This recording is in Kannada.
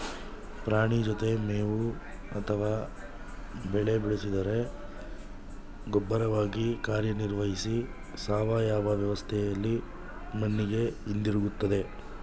ಪ್ರಾಣಿ ಜೊತೆ ಮೇವು ಅಥವಾ ಬೆಳೆ ಬೆಳೆಸಿದರೆ ಗೊಬ್ಬರವಾಗಿ ಕಾರ್ಯನಿರ್ವಹಿಸಿ ಸಾವಯವ ವ್ಯವಸ್ಥೆಲಿ ಮಣ್ಣಿಗೆ ಹಿಂದಿರುಗ್ತದೆ